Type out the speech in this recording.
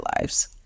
lives